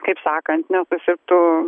kaip sakant nesusirgtų